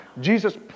Jesus